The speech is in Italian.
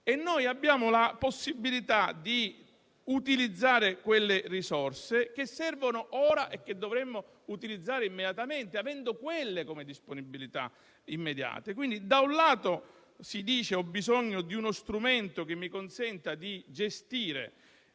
e noi abbiamo la possibilità di utilizzare quelle risorse che servono ora e che dovremmo utilizzare immediatamente, avendo quelle come disponibilità immediata. Quindi, da un lato, si dice che c'è bisogno di uno strumento che consenta di gestire